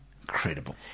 Incredible